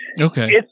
Okay